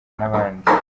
n’abandi